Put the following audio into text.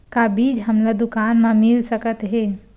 का बीज हमला दुकान म मिल सकत हे?